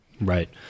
Right